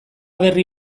berri